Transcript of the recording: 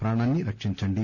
ప్రాణాన్ని రక్తించండి